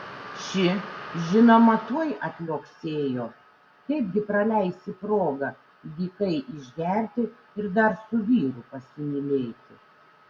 ši žinoma tuoj atliuoksėjo kaip gi praleisi progą dykai išgerti ir dar su vyru pasimylėti